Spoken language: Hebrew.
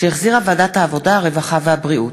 שהחזירה ועדת העבודה, הרווחה והבריאות.